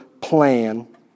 plan